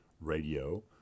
radio